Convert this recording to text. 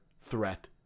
threat